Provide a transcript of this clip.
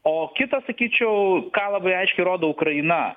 o kitas sakyčiau ką labai aiškiai rodo ukraina